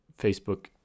Facebook